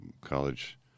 college